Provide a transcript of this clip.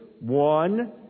one